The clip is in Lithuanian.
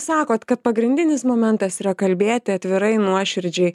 sakot kad pagrindinis momentas yra kalbėti atvirai nuoširdžiai